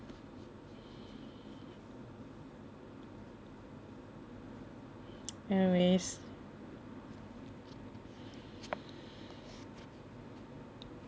anyways